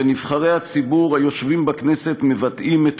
ונבחרי הציבור היושבים בכנסת מבטאים את